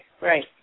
right